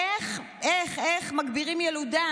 איך, איך, איך מגבירים ילודה?